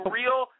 real